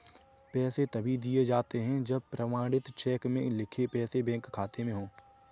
पैसे तभी दिए जाते है जब प्रमाणित चेक में लिखे पैसे बैंक खाते में हो